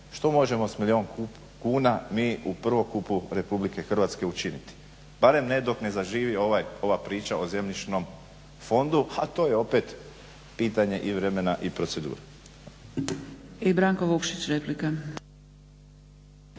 Što možemo s milijun kuna mi u prvokupu RH učiniti? Barem ne dok ne zaživi ova priča o zemljišnom fondu, a to je opet pitanje i vremena i procedure. **Zgrebec, Dragica